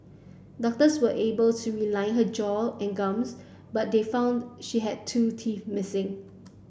doctors were able to realign her jaw and gums but they found she had two teeth missing